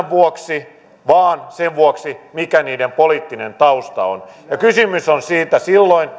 vuoksi vaan sen vuoksi mikä niiden poliittinen tausta on ja kysymys on silloin